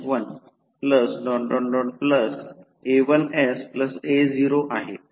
a1sa0 आहे